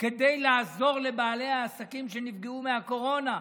כדי לעזור לבעלי העסקים שנפגעו מהקורונה.